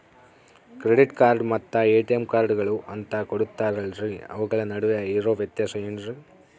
Credit card ಮತ್ತ ATM ಕಾರ್ಡುಗಳು ಅಂತಾ ಕೊಡುತ್ತಾರಲ್ರಿ ಅವುಗಳ ನಡುವೆ ಇರೋ ವ್ಯತ್ಯಾಸ ಏನ್ರಿ?